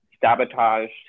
sabotaged